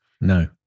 No